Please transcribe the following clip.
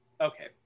Okay